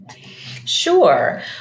Sure